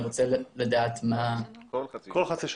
כל חצי שנה.